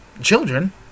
children